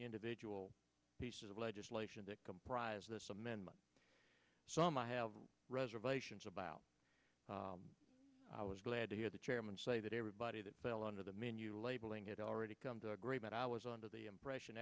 individual pieces of legislation that comprise this amendment so i'm i have reservations about i was glad to hear the chairman say that everybody that fell under the menu labeling it already come to agreement i was under the impression